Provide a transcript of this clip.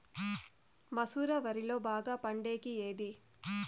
మసూర వరిలో బాగా పండేకి ఏది?